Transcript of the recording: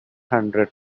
hundred